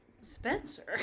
Spencer